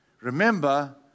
Remember